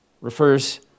refers